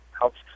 helps